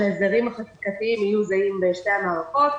שההסדרים החקיקתיים יהיו זהים בשתי המערכות,